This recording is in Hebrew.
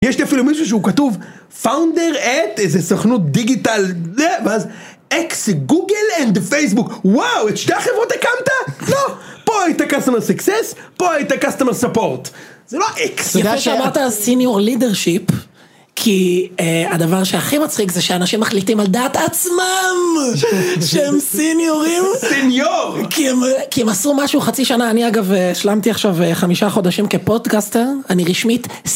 יש אפילו מישהו שהוא כתוב Founder at איזה סוכנות דיגיטל, ואז X Google and Facebook, וואו את שתי החברות הקמת, פה הייתה Customer Success, פה הייתה Customer Support, זה לא X. יפה שאמרת על Senior Leadership, כי הדבר שהכי מצחיק זה שאנשים מחליטים על דעת עצמם, שהם סיניורים, סניור, כי הם עשו משהו חצי שנה, אני אגב השלמתי עכשיו חמישה חודשים כפודקאסטר, אני רשמית,